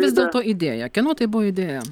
vis dėlto idėja kieno tai buvo idėja